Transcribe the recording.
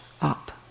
up